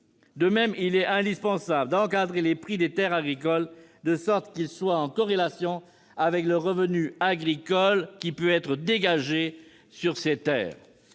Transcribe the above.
De même, il est indispensable d'encadrer les prix des terres, de sorte qu'ils soient en corrélation avec le revenu agricole qui peut en être dégagé. Ne pas